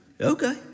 Okay